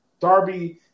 Darby